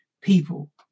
people